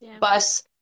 bus